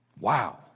Wow